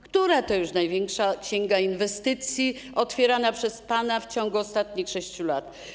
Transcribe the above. Która to już największa księga inwestycji otwierana przez pana w ciągu ostatnich 6 lat?